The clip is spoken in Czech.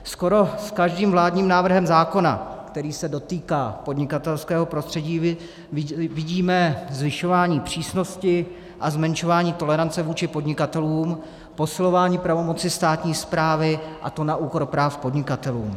Skoro s každým vládním návrhem zákona, který se dotýká podnikatelského prostředí, vidíme zvyšování přísnosti a zmenšování tolerance vůči podnikatelům, posilování pravomoci státní správy, a to na úkor práv podnikatelů.